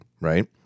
right